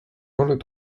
olen